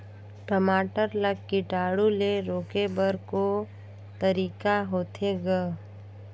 टमाटर ला कीटाणु ले रोके बर को तरीका होथे ग?